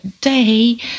day